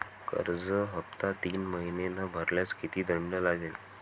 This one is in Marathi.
कर्ज हफ्ता तीन महिने न भरल्यास किती दंड लागेल?